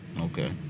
Okay